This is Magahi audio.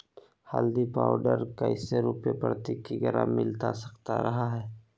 हल्दी पाउडर कैसे रुपए प्रति किलोग्राम मिलता रहा है?